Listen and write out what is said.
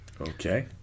okay